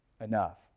enough